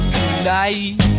tonight